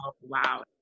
Wow